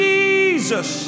Jesus